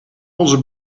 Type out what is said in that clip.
onze